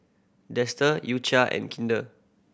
Dester U Cha and Kinder